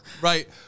Right